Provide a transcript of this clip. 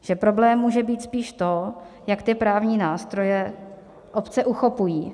Že problém může být spíš to, jak ty právní nástroje obce uchopují.